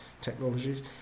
Technologies